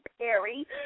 Perry